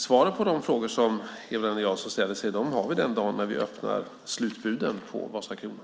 Svaren på de frågor som Eva-Lena Jansson ställer har vi den dagen när vi öppnar slutbuden på Vasakronan.